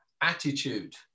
attitude